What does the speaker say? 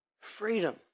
Freedom